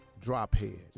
drophead